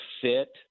fit